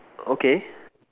okay